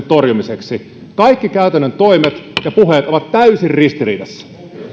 torjumiseksi kaikki käytännön toimet ja puheet ovat täysin ristiriidassa